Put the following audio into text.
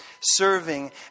Serving